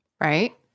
Right